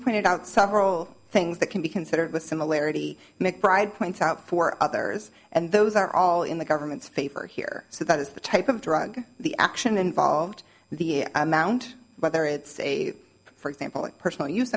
pointed out several things that can be considered with similarity mcbride points out for others and those are all in the government's favor here so that is the type of drug the action involved the amount whether it's a for example of personal use